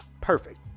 perfect